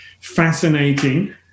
fascinating